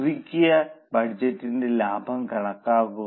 പുതുക്കിയ ബജറ്റിന്റെ ലാഭം കണക്കാക്കുക